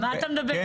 על מה אתה מדבר?